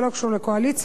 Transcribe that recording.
זה לא קשור לקואליציה,